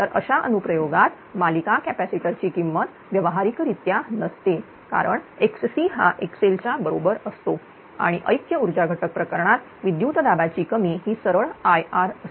तर अशा अनु प्रयोगात मालिका कॅपॅसिटर ची किंमत व्यवहारिक रित्या नसते कारण xc हाxl च्या बरोबर असतो आणि ऐक्य ऊर्जा घटक प्रकरणात विद्युत दाबाची कमी ही सरळ IR असते